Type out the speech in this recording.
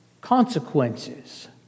consequences